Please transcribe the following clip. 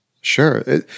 sure